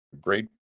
great